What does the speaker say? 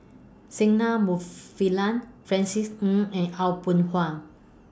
Singai Mufilan Francis Ng and Aw Boon Haw